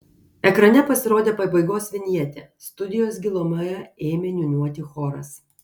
ekrane pasirodė pabaigos vinjetė studijos gilumoje ėmė niūniuoti choras